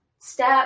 step